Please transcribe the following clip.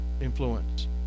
influence